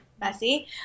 messy